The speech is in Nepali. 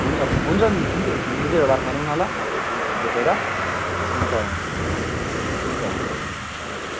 हुन्छ हुन्छ मिस हुन्छ बसेर बात मारौँ न ल अब भेटेर हुन्छ हुन्छ हुन्छ हुन्छ